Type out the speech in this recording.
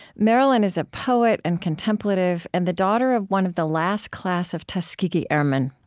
marilyn is a poet and contemplative and the daughter of one of the last class of tuskegee airmen.